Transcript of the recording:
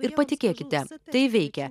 ir patikėkite tai veikia